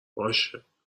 باشهاومدمبرام